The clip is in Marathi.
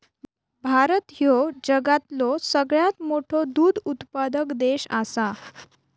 भारत ह्यो जगातलो सगळ्यात मोठो दूध उत्पादक देश आसा